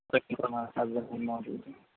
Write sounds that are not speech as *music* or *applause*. *unintelligible* موجود ہیں